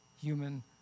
human